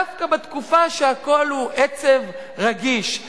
דווקא בתקופה שהכול הוא עצב רגיש,